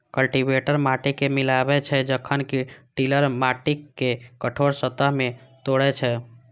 cultivator माटि कें मिलाबै छै, जखन कि टिलर माटिक कठोर सतह कें तोड़ै छै